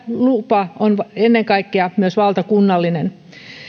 lupa myös on ennen kaikkea valtakunnallinen